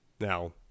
Now